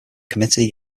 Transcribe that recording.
committee